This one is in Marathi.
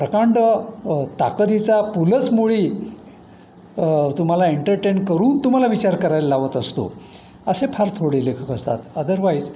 प्रकांड ताकदीचा पु लचमुळी तुम्हाला एंटरटेन करून तुम्हाला विचार करायला लावत असतो असे फार थोडे लेखक असतात अदरवाईज